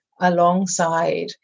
alongside